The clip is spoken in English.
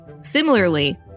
Similarly